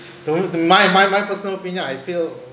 to me my my my personal opinion I feel